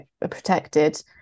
protected